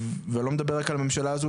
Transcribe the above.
ואני לא מדבר רק על הממשלה הזו,